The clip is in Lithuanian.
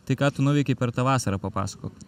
tai ką tu nuveikei per tą vasarą papasakok